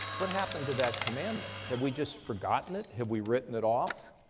what happened to that commandment? have we just forgotten it? have we written it off?